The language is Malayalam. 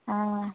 ആ